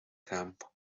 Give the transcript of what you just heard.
campo